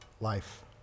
life